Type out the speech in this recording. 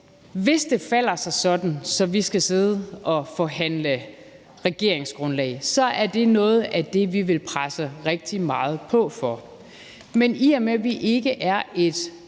godt regne med, at hvis vi skal sidde og forhandle regeringsgrundlag, så er det noget af det, vi vil presse rigtig meget på for. Men i og med at vi ikke er et